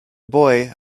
boy